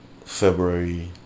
February